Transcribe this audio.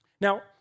Now